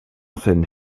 scène